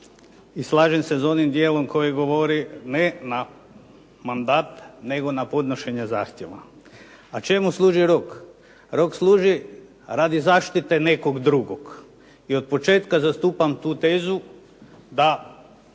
i slažem se s onim dijelom koji govori ne na mandat, nego na podnošenje zahtjeva. A čemu služi rok? Rok služi radi zaštite nekog drugog. I otpočetka zastupam tu tezu da